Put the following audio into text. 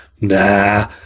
nah